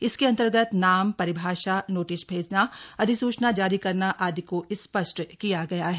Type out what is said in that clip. इसके अन्तर्गत नाम परिभाषा नोटिस भेजना अधिसूचना जारी करना आदि को स्पष्ट किया गया है